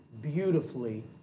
beautifully